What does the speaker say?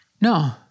No